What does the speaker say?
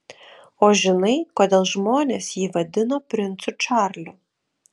o žinai kodėl žmonės jį vadino princu čarliu